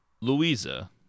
Louisa